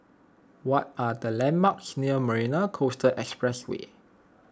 what are the landmarks near Marina Coastal Expressway